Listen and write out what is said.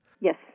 Yes